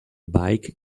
bike